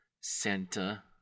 Santa